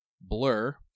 Blur